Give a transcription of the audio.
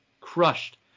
crushed